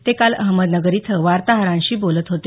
ते काल अहमदनगर इथं वार्ताहरांशी बोलत होते